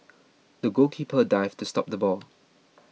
the goalkeeper dived to stop the ball